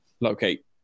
locate